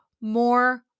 More